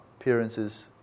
appearances